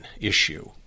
issue